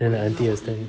ya I think I was telling